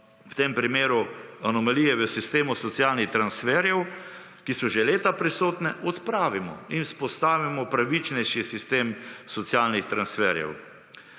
v tem primeru anomalije v sistemu socialnih transferjev, ki so že leta prisotne, odpravimo in vzpostavimo pravičnejši sistem socialnih transferjev.